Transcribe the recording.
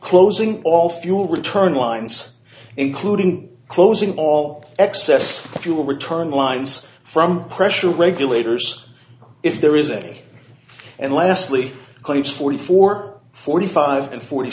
closing all fuel return lines including closing all excess fuel return lines from pressure regulators if there is a day and lastly claims forty four forty five and forty